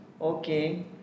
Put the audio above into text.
okay